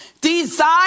desire